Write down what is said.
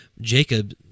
Jacob